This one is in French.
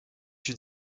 une